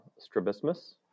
strabismus